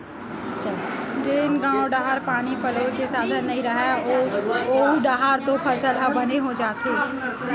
जेन गाँव डाहर पानी पलोए के साधन नइय रहय ओऊ डाहर तो फसल ह बने हो जाथे